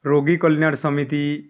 ରୋଗୀ କଲ୍ୟାଣ ସମିତି